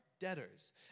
debtors